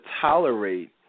tolerate